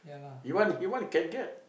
you want he want can get